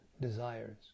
desires